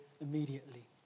immediately